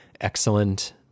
excellent